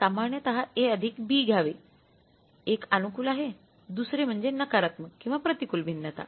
सामान्यत A B घ्यावे एक अनुकूल आहे दुसरे म्हणजे नकारात्मक किंवा प्रतिकूल भिन्नता